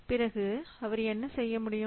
பிறகு அவர் என்ன செய்ய முடியும்